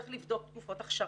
צריך לבדוק תקופות אכשרה.